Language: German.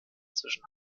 zwischen